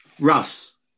Russ